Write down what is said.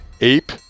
Ape